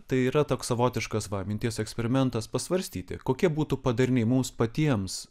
tai yra toks savotiškas minties eksperimentas pasvarstyti kokie būtų padariniai mums patiems